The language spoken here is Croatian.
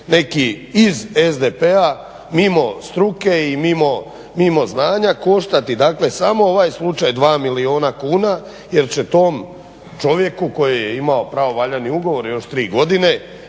neki iz SDP-a mimo struke i mimo znanja dakle koštati samo ovaj slučaj dva milijuna kuna jer će tom čovjeku koji je imao pravovaljani ugovor još tri godine